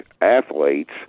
athletes